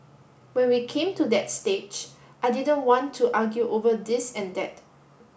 when we came to that stage I didn't want to argue over this and that